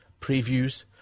previews